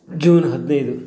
June ಹದಿನೈದು